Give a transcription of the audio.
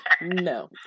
no